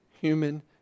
human